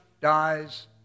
Dies